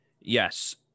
Yes